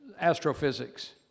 astrophysics